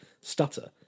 stutter